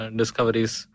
discoveries